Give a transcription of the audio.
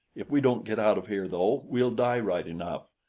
if we don't get out of here though, we'll die right enough.